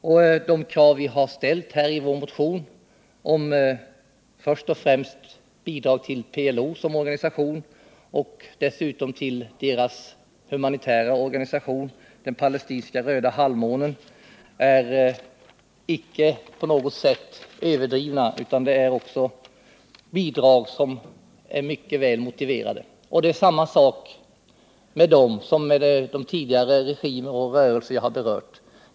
Och de krav vi har ställt i vår motion om först och främst bidrag till PLO som organisation och dessutom till den humanitära organisationen palestinska Röda halvmånen är icke på något sätt överdrivna, utan det är bidrag som är mycket väl motiverade. Det är samma sak här som med de tidigare regimer och rörelser jag har berört.